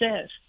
says